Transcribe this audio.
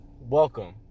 Welcome